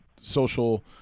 social